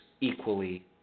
equally